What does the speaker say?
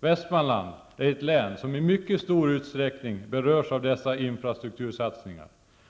Västmanland är ett län som i mycket stor utsträckning berörs av dessa infrastruktursatsningar.